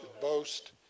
boast